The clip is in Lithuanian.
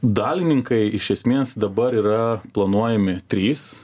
dalininkai iš esmės dabar yra planuojami trys